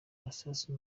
amasasu